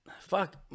Fuck